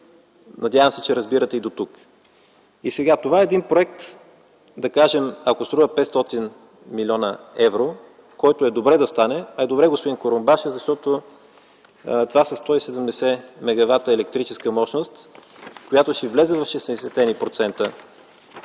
Надявам се, че разбирате и дотук. Това е един проект – да кажем, ако струва 500 млн. евро, което е добре да стане, а е добре, господин Курумбашев, защото това са 170 мегавата електрическа мощност, която ще влезе в